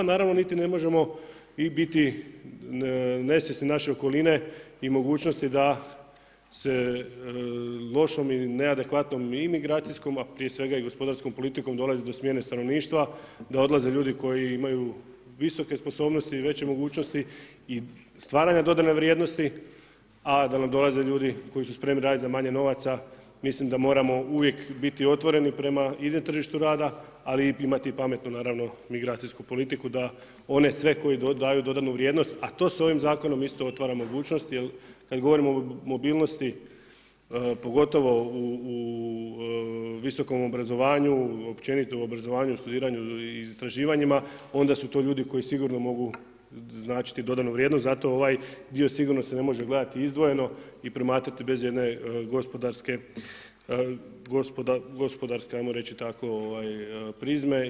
Naravno niti ne možemo i biti nesvjesni naše okoline i mogućnosti da se lošom i neadekvatnom i migracijskom a prije svega i gospodarskom politikom dolazi do smjene stanovništva, da odlaze ljudi koji imaju visoke sposobnosti i veće mogućnosti i stvaranja dodane vrijednosti a da nam dolaze ljudi koji su spremni raditi za manje novaca, mislim da moramo uvijek biti otvoreni prema i tržištu rada ali i imati pametnu naravno migracijsku politiku da one sve koje daju dodanu vrijednost a to s ovim zakonom isto otvara mogućnost jer kada govorimo o mobilnosti, pogotovo u visokom obrazovanju, općenito u obrazovanju, studiranju i istraživanjima onda su to ljudi koji sigurno mogu značiti dodanu vrijednost, zato ovaj dio sigurno se ne može gledati izdvojeno i promatrati bez jedne gospodarske ajmo reći tako prizme.